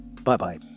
Bye-bye